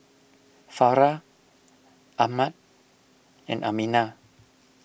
Farah Ahmad and Aminah